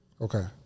Okay